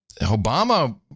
Obama